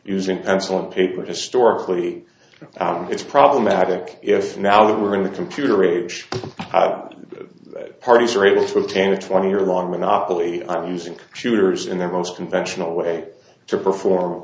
using pencil and paper historically it's problematic if now that we're in the computer age parties are able to attain a twenty year long monopoly using shooters in their most conventional way to perform